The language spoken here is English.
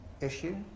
issue